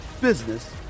business